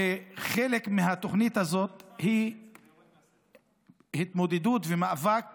חלק מהתוכנית הזאת הוא התמודדות ומאבק